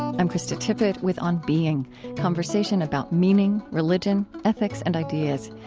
i'm krista tippett with on being conversation about meaning, religion, ethics, and ideas.